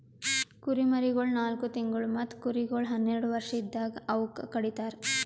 ಕುರಿಮರಿಗೊಳ್ ನಾಲ್ಕು ತಿಂಗುಳ್ ಮತ್ತ ಕುರಿಗೊಳ್ ಹನ್ನೆರಡು ವರ್ಷ ಇದ್ದಾಗ್ ಅವೂಕ ಕಡಿತರ್